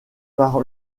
par